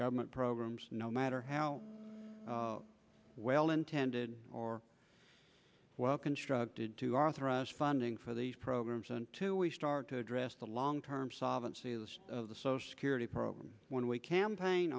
government programs no matter how well intended or well constructed to authorize funding for these programs and to we start to address the long term solvency of the social security program when we campaign